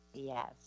Yes